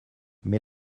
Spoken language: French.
mais